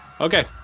Okay